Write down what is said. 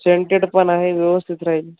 scented पण आहे व्यवस्थित राहील